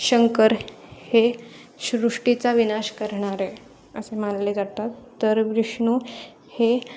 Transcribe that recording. शंकर हे सृष्टीचा विनाश करणारे असे मानले जातात तर विष्णू हे